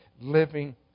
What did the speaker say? living